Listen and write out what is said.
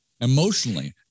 emotionally